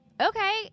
okay